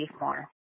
more